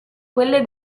quelle